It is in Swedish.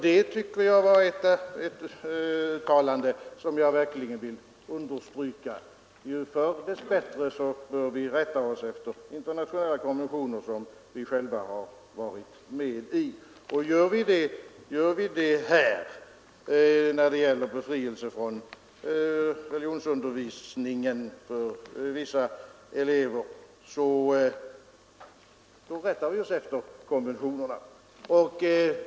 Det är ett uttalande som jag verkligen vill understryka. Vi bör — ju förr dess hellre — rätta oss efter internationella konventioner som vi själva har varit med om. Och gör vi på det sätt som föreslås i reservationen 1 när det gäller befrielse från religionsundervisningen för vissa elever, så rättar vi oss efter konventionerna.